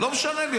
לא משנה לי,